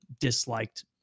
disliked